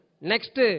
Next